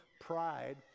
pride